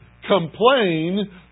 complain